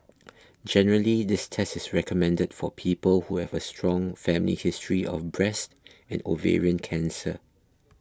generally this test is recommended for people who have a strong family history of breast and ovarian cancer